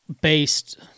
based